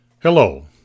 Hello